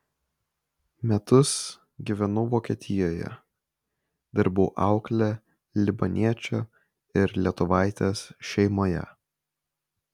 metus gyvenau vokietijoje dirbau aukle libaniečio ir lietuvaitės šeimoje